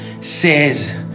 says